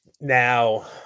Now